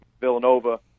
Villanova